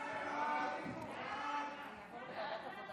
ההצעה להעביר את הצעת